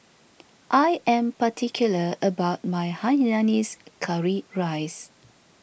I am particular about my Hainanese Curry Rice